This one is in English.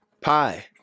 pie